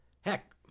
heck